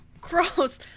gross